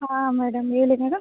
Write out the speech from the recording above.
ಹಾಂ ಮೇಡಮ್ ಹೇಳಿ ಮೇಡಮ್